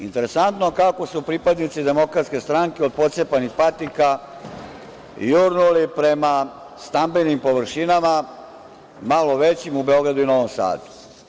Interesantno kako su pripadnici DS od pocepanih patika jurnuli prema stambenim površinama, malo većim, u Beogradu i Novom Sadu.